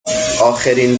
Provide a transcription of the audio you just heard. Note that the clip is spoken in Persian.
آخرین